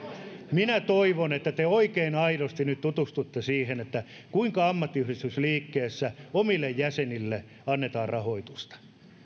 minä toivon että te oikein aidosti nyt tutustutte siihen kuinka ammattiyhdistysliikkeessä omille jäsenille annetaan rahoitusta